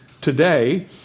Today